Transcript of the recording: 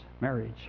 marriage